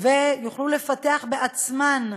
ויוכלו לפתח בעצמן,